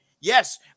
yes